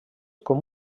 com